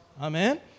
Amen